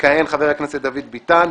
יכהן חבר הכנסת דוד ביטן.